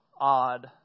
odd